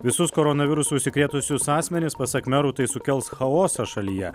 visus koronavirusu užsikrėtusius asmenis pasak merų tai sukels chaosą šalyje